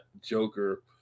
Joker